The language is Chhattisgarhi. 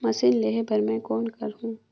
मशीन लेहे बर मै कौन करहूं?